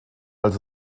als